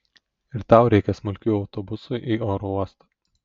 ir tau reikia smulkių autobusui į oro uostą